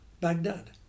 Baghdad